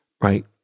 right